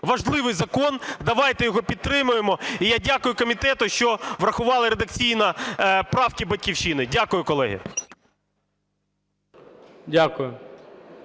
Важливий закон, давайте його підтримаємо. І я дякую комітету, що врахували редакційно правки "Батьківщини". Дякую, колеги.